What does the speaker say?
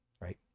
right